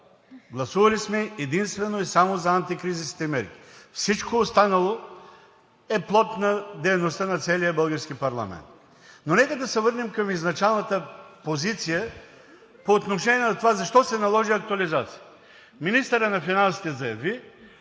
Гласували сме единствено и само за антикризисните мерки. Всичко останало е плод на дейността на целия български парламент. Нека да се върнем към изначалната позиция по отношение на това защо се наложи актуализация? Министърът на финансите заяви,